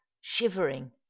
shivering